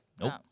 Nope